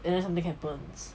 and then something happens